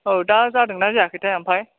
औ दा जादोंना जायाखैथाय ओमफ्राय